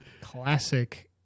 Classic